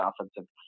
offensive